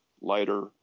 lighter